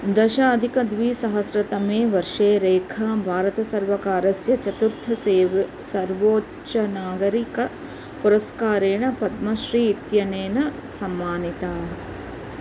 दशाधिकद्वीसहस्रतमे वर्षे रेखा भारतसर्वकारस्य चतुर्थसेव सर्वोच्चनागरिकपुरस्कारेण पद्मश्री इत्यनेन सम्मानिता